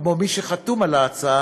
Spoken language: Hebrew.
כמו מי שחתום על ההצעה,